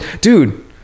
dude